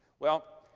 well,